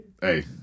hey